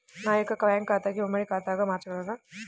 నా యొక్క బ్యాంకు ఖాతాని ఉమ్మడి ఖాతాగా మార్చగలరా?